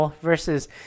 versus